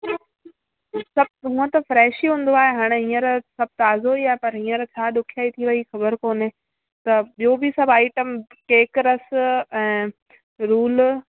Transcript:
सभु हूअं त फ्रेश ई हूंदो आहे हाणे हींअर सभु ताज़ो ई आहे पर हींअर छा ॾुखियाई थी वई ख़बर कोन्हे त ॿियूं बि सभु आईटम केक रस ऐं रूल